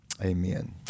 amen